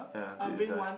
ya until you die